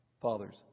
Fathers